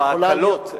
לא, ההקלות.